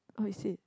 oh is it